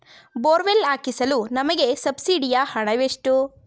Borewell ಹಾಕಿಸಲು ನಮಗೆ ಸಬ್ಸಿಡಿಯ ಹಣವೆಷ್ಟು?